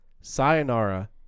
Sayonara